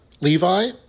Levi